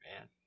Man